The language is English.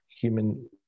human